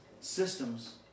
systems